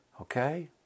okay